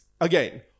Again